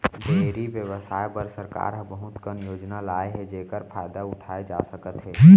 dairy बेवसाय बर सरकार ह बहुत कन योजना लाए हे जेकर फायदा उठाए जा सकत हे